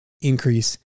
increase